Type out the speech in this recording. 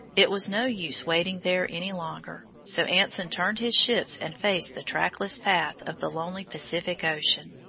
it was no use waiting there any longer, so anson turned his ships and faced the trackless path of the lonely pacific ocean.